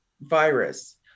virus